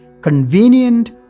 convenient